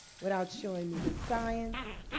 without showing me the science,